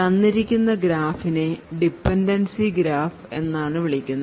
തന്നിരിക്കുന്ന ഗ്രാഫിനെ dependency graph എന്നാണ് വിളിക്കുന്നത്